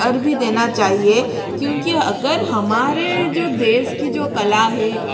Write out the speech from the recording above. और भी देना चाहिए क्योंकि अगर हमारे जो देश की जो कला है